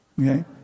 Okay